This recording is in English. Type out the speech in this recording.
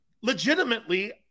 legitimately